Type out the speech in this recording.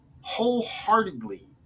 wholeheartedly